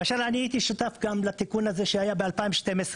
כאשר אני הייתי שותף לתיקון הזה שהיה ב-2012.